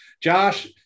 Josh